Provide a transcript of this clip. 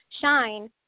shine